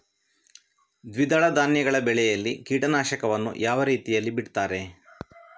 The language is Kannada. ದ್ವಿದಳ ಧಾನ್ಯಗಳ ಬೆಳೆಯಲ್ಲಿ ಕೀಟನಾಶಕವನ್ನು ಯಾವ ರೀತಿಯಲ್ಲಿ ಬಿಡ್ತಾರೆ?